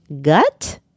gut